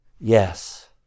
Yes